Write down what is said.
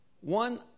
one